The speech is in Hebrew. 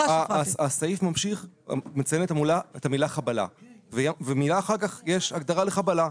--- הסעיף ממשיך ומציין את המילה חבלה ואחר כך יש הגדרה לחבלה,